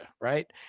Right